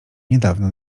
niedawno